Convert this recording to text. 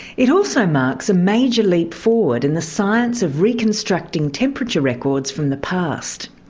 it also marks a major leap forward in the science of reconstructing temperature records from the past.